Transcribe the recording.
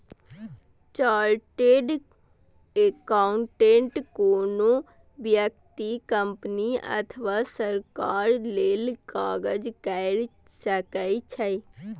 chartered accountant कोनो व्यक्ति, company अथवा सरकार लेल काज कैर सकै छै